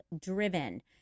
Driven